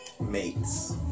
mates